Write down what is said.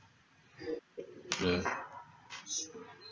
ya